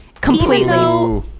completely